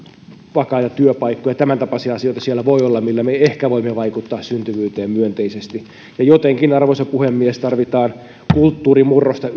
vakaita työpaikkoja tämäntapaisia asioita siellä voi olla millä me ehkä voimme vaikuttaa syntyvyyteen myönteisesti ja jotenkin arvoisa puhemies tarvitaan kulttuurin murrosta